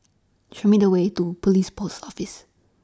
Show Me The Way to Pulis Post Office